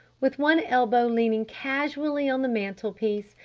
with one elbow leaning casually on the mantle-piece,